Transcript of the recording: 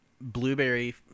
blueberry